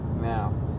Now